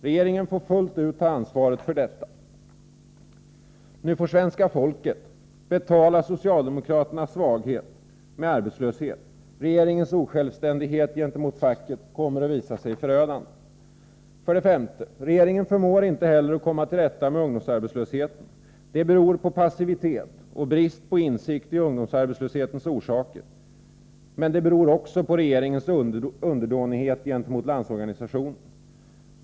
Regeringen får fullt ut ta ansvar för detta. Nu får svenska folket betala socialdemokraternas svaghet med arbetslöshet. Regeringens osjälvständighet gentemot facket kommer att visa sig förödande. 5. Regeringen förmår inte heller att komma till rätta med ungdomsarbetslösheten. Det beror på passivitet och brist på insikt om ungdomsarbetslöshetens orsaker, men också på regeringens underdånighet mot LO.